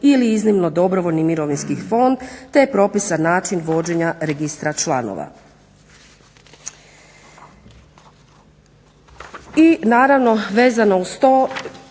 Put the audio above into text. ili iznimno dobrovoljni mirovinski fond te je propisan način vođenja registra članova.